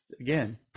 again